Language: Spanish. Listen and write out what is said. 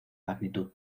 magnitud